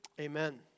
Amen